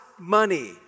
Money